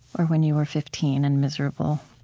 when you were fifteen and miserable?